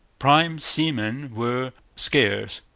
prime seamen were scarce,